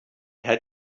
had